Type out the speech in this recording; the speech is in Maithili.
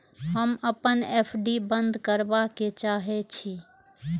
हम अपन एफ.डी बंद करबा के चाहे छी